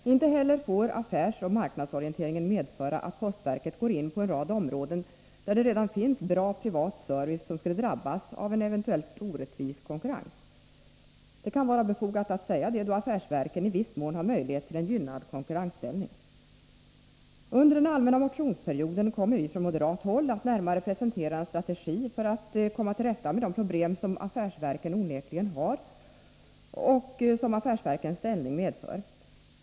Likaså får inte affärsoch marknadsorienteringen medföra, att postverket går in på en rad områden där det redan finns bra privat service som skulle drabbas av eventuellt orättvis konkurrens. Det kan vara befogat att säga detta, då affärsverken i viss mån har möjlighet till en gynnad konkurrensställning. Under den allmänna motionsperioden kommer vi från moderat håll att närmare presentera en strategi för att komma till rätta med de problem som affärsverken onekligen har och som affärsverkens ställning medför.